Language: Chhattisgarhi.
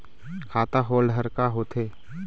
खाता होल्ड हर का होथे?